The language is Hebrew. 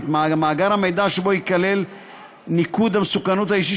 את מאגר המידע שבו ייכלל ניקוד המסוכנות האישי